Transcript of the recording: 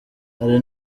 hari